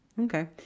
Okay